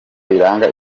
biranga